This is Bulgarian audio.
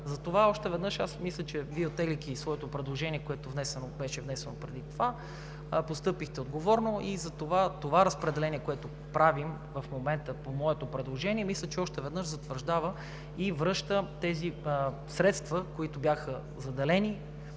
Затова, още веднъж – аз мисля, че Вие, оттегляйки своето предложение, което беше внесено преди това, постъпихте отговорно и затова разпределението, което правим в момента по моето предложение, мисля, че още веднъж затвърждава и връща тези средства, които бяха заделени